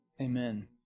Amen